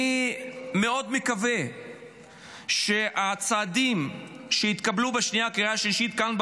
אני מאוד מקווה שהצעדים שיתקבלו בקריאה שנייה וקריאה שלישית כאן,